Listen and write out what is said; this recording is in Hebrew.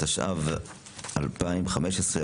התשע"ו 2015,